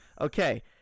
Okay